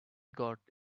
got